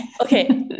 Okay